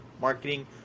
marketing